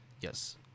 Yes